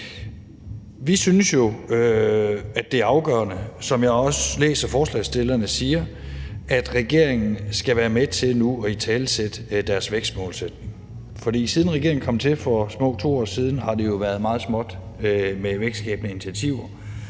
Vi synes jo, at det er afgørende, og det er også det, jeg læser forslagsstillerne siger, at regeringen nu skal være med til at italesætte deres vækstmålsætning, for siden regeringen kom til for små 2 år siden, har det jo været meget småt med vækstskabende initiativer.